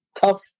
tough